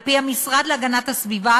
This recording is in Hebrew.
על-פי המשרד להגנת הסביבה,